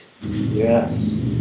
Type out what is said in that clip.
Yes